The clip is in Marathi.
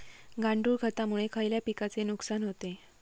गांडूळ खतामुळे खयल्या पिकांचे नुकसान होते?